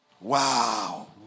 Wow